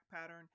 pattern